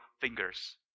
fingers